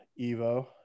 evo